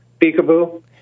Peekaboo